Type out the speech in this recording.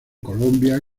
colombia